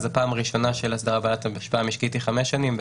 הפעם הראשונה של אסדרה בעלת השפעה משקית היא חמש שנים,